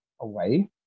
away